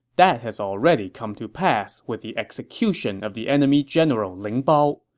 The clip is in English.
that has already come to pass with the execution of the enemy general ling bao.